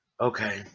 Okay